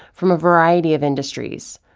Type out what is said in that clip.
from a variety of industries.